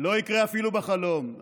לא יקרה אפילו בחלום.